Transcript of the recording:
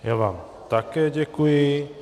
Já vám také děkuji.